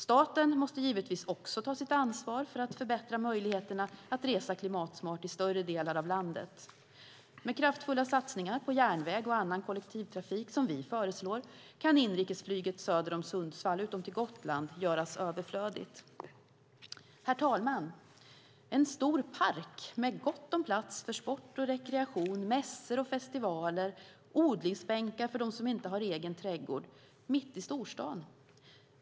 Staten måste givetvis också ta sitt ansvar för att förbättra möjligheterna att resa klimatsmart i en större del av landet. Med kraftfulla satsningar på järnväg och annan kollektivtrafik, som vi föreslår, kan inrikesflyget söder om Sundsvall, utom till Gotland, göras överflödigt. Herr talman! En stor park med gott om plats för sport och rekreation, mässor och festivaler, odlingsbänkar för dem som inte har egen trädgård - mitt i storstaden.